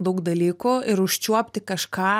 daug dalykų ir užčiuopti kažką